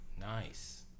nice